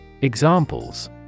Examples